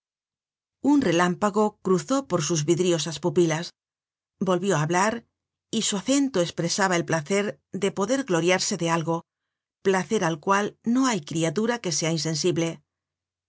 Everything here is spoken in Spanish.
un relámpago cruzó por sus vidriosas pupilas volvió á hablar y su acento espresaba el placer de poder gloriarse de algo placer al cual no hay criatura que sea insensible